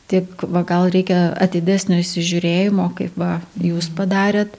tik va gal reikia atidesnio įsižiūrėjimo kaip va jūs padarėt